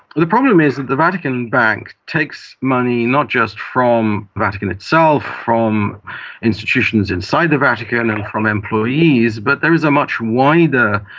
the problem is that the vatican bank takes money not just from the vatican itself, from institutions inside the vatican and and from employees, but there is a much wider,